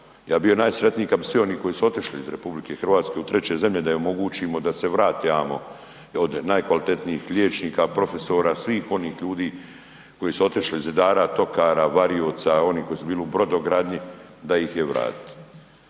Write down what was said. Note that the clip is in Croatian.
Ja bi bio najsretniji kada bi svi oni koji su otišli u RH u treće zemlje da im omogućimo da se vrate amo od najkvalitetnijih liječnika, profesora svih onih ljudi koji su otišli zidara, tokara, varioca oni koji su bili u brodogradnji da ih je vratiti.